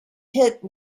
hit